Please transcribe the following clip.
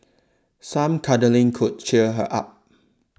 some cuddling could cheer her up